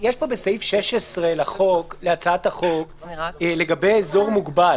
בסעיף 16 להצעת החוק לגבי אזור מוגבל